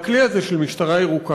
הכלי הזה של משטרה ירוקה,